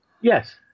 Yes